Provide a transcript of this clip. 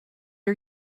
are